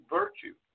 virtue